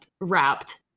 wrapped